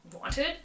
wanted